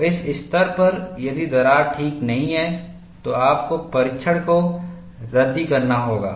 तो इस स्तर पर यदि दरार ठीक नहीं है तो आपको परीक्षण को रद्दीकरना होगा